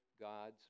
God's